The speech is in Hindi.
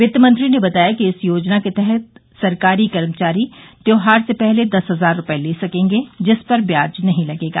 वित्तमंत्री ने बताया कि इस योजना के तहत सरकारी कर्मचारी त्योहार से पहले दस हजार रूपये ले सकेंगे जिस पर ब्याज नहीं लगेगा